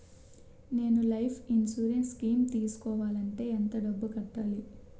నేను life insurance scheme తీసుకోవాలంటే ఎంత డబ్బు కట్టాలి?